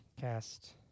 cast